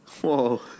Whoa